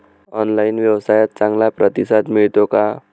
Online व्यवसायात चांगला प्रतिसाद मिळतो का?